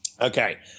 Okay